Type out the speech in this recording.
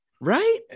right